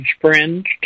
friends